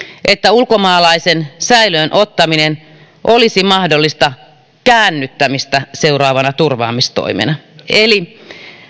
että ulkomaalaisen säilöön ottaminen olisi mahdollista käännyttämistä seuraavana turvaamistoimena eli